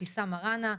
אבתיסאם מראענה,